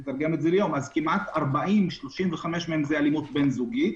כמעט 35-40 זה אלימות בין זוגית,